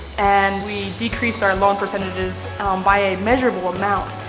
and we decreased our loan percentages and um by a measurable amount.